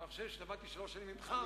אבל אחרי שלמדתי שלוש שנים ממך,